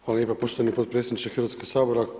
Hvala lijepa poštovani potpredsjedniče Hrvatskog Sabora.